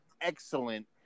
excellent